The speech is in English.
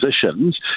positions